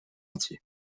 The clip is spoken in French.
entier